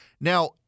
Now